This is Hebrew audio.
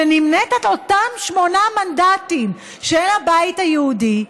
שנמנית עם אותם שמונה מנדטים של הבית היהודי,